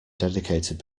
dedicated